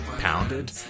pounded